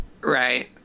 right